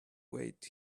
wait